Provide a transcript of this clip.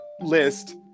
list